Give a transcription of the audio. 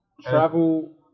travel